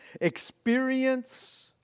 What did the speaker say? experience